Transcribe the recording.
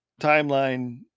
timeline